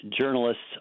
journalists